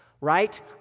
right